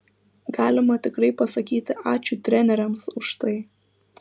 galima tikrai pasakyti ačiū treneriams už tai